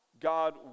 God